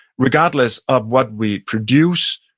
regardless of what we produce,